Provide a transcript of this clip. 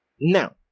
now